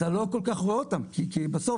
אתה לא כל כך רואה אותן, כי בסוף